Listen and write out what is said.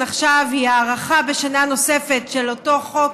עכשיו הוא הארכה בשנה נוספת של אותו חוק,